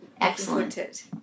excellent